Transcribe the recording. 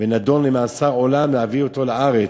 ונידון למאסר עולם, להביא אותו לארץ,